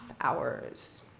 hours